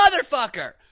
motherfucker